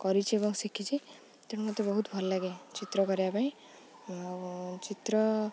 କରିଛି ଏବଂ ଶିଖିଛି ତେଣୁ ମୋତେ ବହୁତ ଭଲ ଲାଗେ ଚିତ୍ର କରିବା ପାଇଁ ଆଉ ଚିତ୍ର